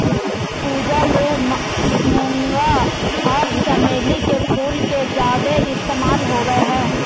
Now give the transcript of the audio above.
पूजा ले मूंगा आर चमेली के फूल के ज्यादे इस्तमाल होबय हय